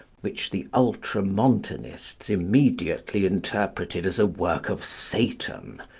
which the ultramontanists immediately interpreted as a work of satan,